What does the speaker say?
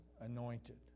anointed